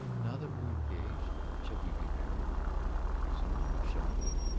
now that we're engaged, shall we be married soon or shall we wait?